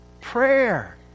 Prayer